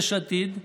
יש עתיד,